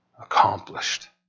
accomplished